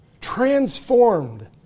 transformed